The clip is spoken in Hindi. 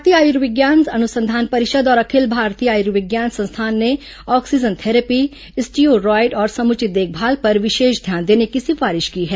भारतीय आयुर्विज्ञान अनुसंधान परिषद और अखिल भारतीय आयुर्विज्ञान संस्थान ने ऑक्सीजन थेरैपी स्टीयोरॉयड और समुचित देखभाल पर विशेष ध्यान देने की सिफारिश की है